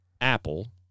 Apple